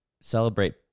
celebrate